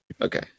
Okay